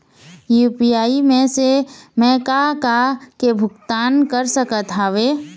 UPI से मैं का का के भुगतान कर सकत हावे?